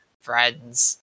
friends